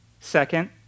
Second